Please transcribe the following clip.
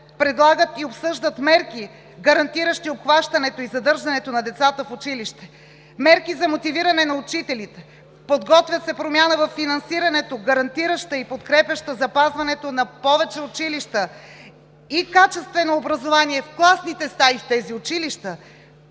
предлагат и обсъждат мерки, гарантиращи обхващането и задържането на децата в училище, мерки за мотивиране на учителите, подготвя се промяна във финансирането, гарантираща и подкрепяща запазването на повече училища, и качествено образование в класните стаи, в тези училища,